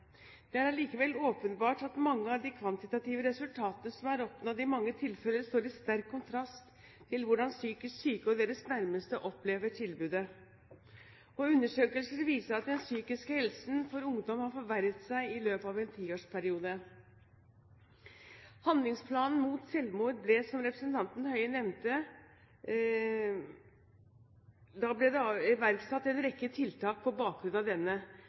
Det er allikevel åpenbart at mange av de kvantitative resultatene som er oppnådd, i mange tilfeller står i sterk kontrast til hvordan psykisk syke og deres nærmeste opplever tilbudet. Undersøkelser viser at den psykiske helsen til ungdom har forverret seg i løpet av en tiårsperiode. På bakgrunn av Handlingsplan mot selvmord ble det, som representanten Høie nevnte, iverksatt en rekke tiltak. Det